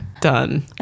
Done